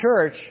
church